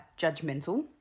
judgmental